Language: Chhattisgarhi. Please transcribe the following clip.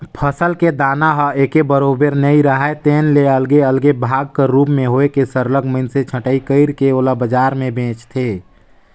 फसल के दाना ह एके बरोबर नइ राहय तेन ले अलगे अलगे भाग कर रूप में होए के सरलग मइनसे छंटई कइर के ओला बजार में बेंचथें